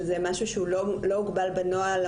שזה משהו שלא הוגבל בנוהל,